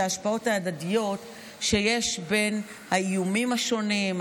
ההשפעות ההדדיות שיש בין האיומים השונים,